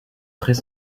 très